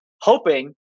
hoping